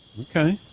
Okay